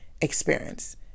experience